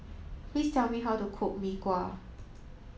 please tell me how to cook Mee Kuah